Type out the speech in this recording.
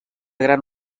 gran